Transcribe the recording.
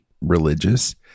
religious